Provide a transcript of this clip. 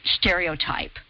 stereotype